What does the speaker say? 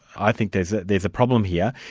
i think there's ah there's a problem here',